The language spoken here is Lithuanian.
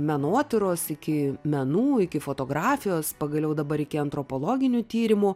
menotyros iki menų iki fotografijos pagaliau dabar iki antropologinių tyrimų